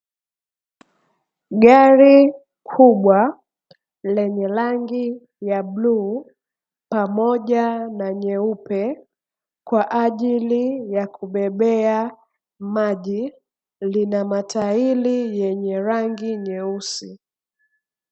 Gari kubwa lenye rangi ya bluu pamoja na nyeupe kwa ajili ya kubebea maji, lina matairi yenye rangi nyeusi.